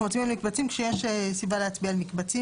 מצביעים על מקבצים שיש סיבה להצביע על מקבצים,